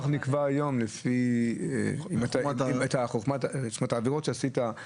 תעריף הביטוח נקבע היום לפי מספר העבירות שעשית.